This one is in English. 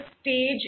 stage